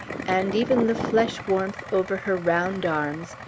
and even the flesh-warmth over her round arms,